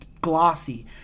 glossy